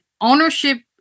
ownership